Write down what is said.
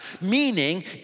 meaning